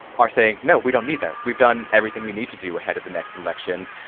are saying, no, we don't need that. we've done everything we need to do ahead of the next election.